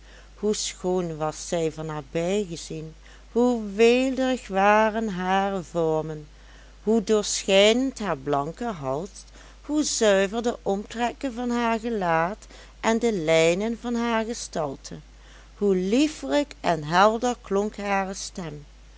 hoe schoon was zij van nabij gezien hoe weelderig waren hare vormen hoe doorschijnend haar blanke hals hoe zuiver de omtrekken van haar gelaat en de lijnen van haar gestalte hoe liefelijk en helder klonk hare stem